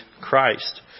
Christ